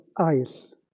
eyes